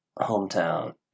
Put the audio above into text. hometown